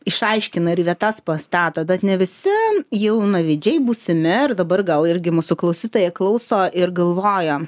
išaiškina ir į vietas pastato bet ne visi jaunavedžiai būsimi ar dabar gal irgi mūsų klausytojai klauso ir galvoja